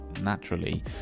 naturally